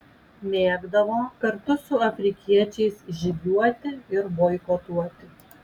mėgdavo kartu su afrikiečiais žygiuoti ir boikotuoti